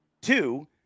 Two